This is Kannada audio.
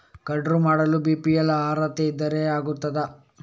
ಕಾರ್ಡು ಮಾಡಲು ಬಿ.ಪಿ.ಎಲ್ ಅರ್ಹತೆ ಇದ್ದರೆ ಆಗುತ್ತದ?